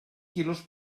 quilos